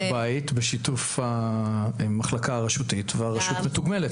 בית בשיתוף המחלקה הרשותית והרשות מתוגמלת.